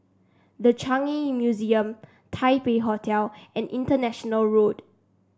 The Changi Museum Taipei Hotel and International Road